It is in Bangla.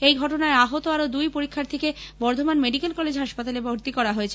এই ঘটনায় আহত আরো দুই পরীক্ষার্থীকে বর্ধমান মেডিকেল কলেজ হাসপাতালে ভর্তি করা হয়েছে